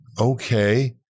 Okay